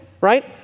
right